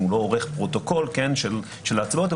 הוא לא עורך פרוטוקול של ההצבעות,